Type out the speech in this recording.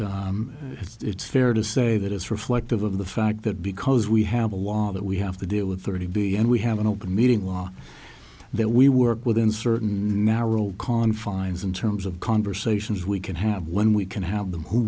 it's it's fair to say that it's reflective of the fact that because we have a law that we have to deal with thirty b and we have an open meeting law that we work within certain narrow confines in terms of conversations we can have when we can have them wh